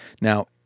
Now